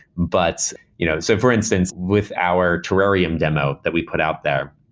but you know so for instance, with our terrarium demo that we put out there.